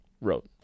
wrote